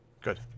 Good